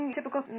typical